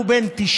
שהוא בן 90